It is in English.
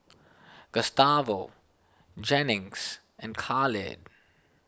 Gustavo Jennings and Khalid